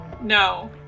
no